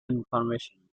information